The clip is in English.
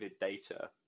data